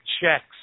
checks